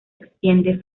extiende